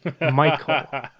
Michael